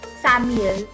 Samuel